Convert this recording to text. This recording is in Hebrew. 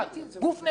גוף נהדר.